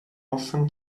often